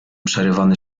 przerywany